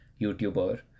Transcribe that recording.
youtuber